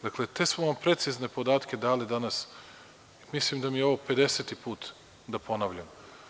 Dakle, te smo vam precizne podatke dali danas, mislim da mi je ovo 50 put da ponavljam.